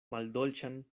maldolĉan